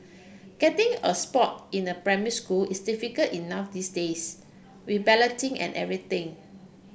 getting a spot in a primary school is difficult enough these days with balloting and everything